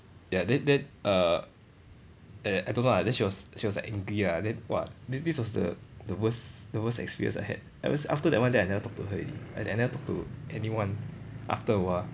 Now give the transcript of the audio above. ya then then err err I told her ah then she was she was like angry ah then !wah! this this was the the worst the worst experience I had ever si~ after that one then I never talk to her already I I never talk to anyone after a while